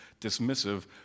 dismissive